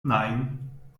nine